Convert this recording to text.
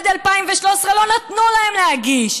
עד 2013 לא נתנו להם להגיש.